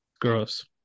Gross